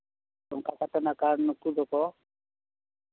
ᱚᱱᱠᱟ ᱠᱟᱛᱮᱜ ᱱᱟᱠᱷᱱ ᱱᱩᱠᱩ ᱫᱚᱠᱚ